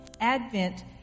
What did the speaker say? Advent